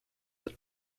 that